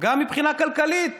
גם מבחינה כלכלית